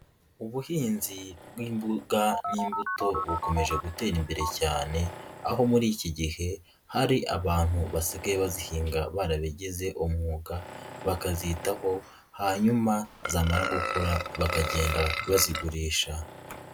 Uhinzi bw'imboga n'imbuto bukomeje gutera imbere cyane, aho muri iki gihe hari abantu basigaye bazihinga barabigize umwuga, bakazitaho, hanyuma zamara gukura bakagenda bazigurisha.